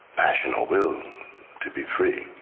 passion or will to be free.